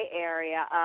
area